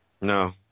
No